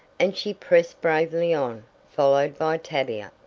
and she pressed bravely on, followed by tavia.